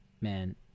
man